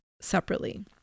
separately